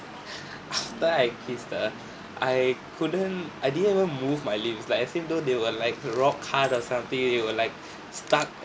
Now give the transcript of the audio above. after I kissed her I couldn't I didn't even move my lips like as if though they were like rock hard or something it it were like stuck